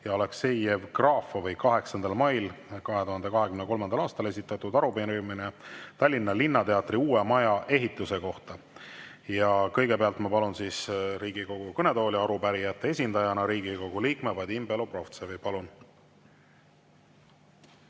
ja Aleksei Jevgrafovi 8. mail 2023. aastal esitatud arupärimine Tallinna Linnateatri uue maja ehituse kohta. Kõigepealt ma palun Riigikogu kõnetooli arupärijate esindajana Riigikogu liikme Vadim Belobrovtsevi. Palun!